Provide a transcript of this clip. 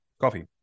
Coffee